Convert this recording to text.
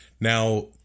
now